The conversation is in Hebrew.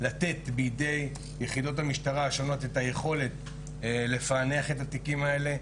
לתת בידי יחידות המשטרה השונות את היכולת לפענח את התיקים האלה,